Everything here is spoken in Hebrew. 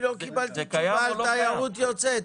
לא קיבלתי תשובה לגבי תיירות יוצאת,